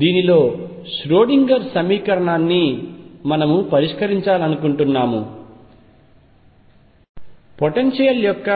దీనిలో ష్రోడింగర్ సమీకరణాన్ని మనము పరిష్కరించాలనుకుంటున్నాము పొటెన్షియల్ యొక్క